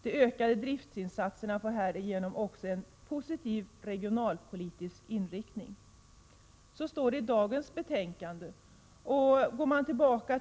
De ökade driftsinsatserna får härigenom också en positiv regionalpolitisk inriktning.” Detta uttalas alltså i det betänkande som vi nu behandlar.